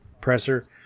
presser